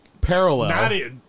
Parallel